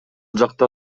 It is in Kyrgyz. жакта